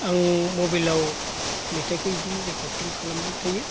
आं मबाइलाव मेथाइखौ इदिनो रेकर्डिं खालामबाय थायो